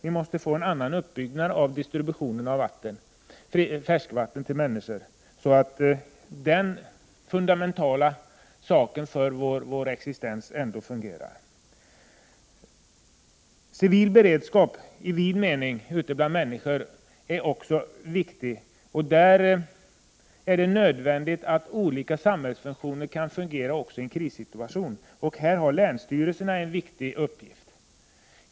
Vi måste ha en annan uppbyggnad av distributionen av färskvatten till människor, så att den fundamentala säkerheten för vår existens ändå fungerar. Civil beredskap i vid mening ute bland människor är också viktig. Det är nödvändigt att olika samhällsfunktioner kan fungera också i en krissituation. Här har länsstyrelserna en viktig uppgift.